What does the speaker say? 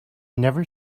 never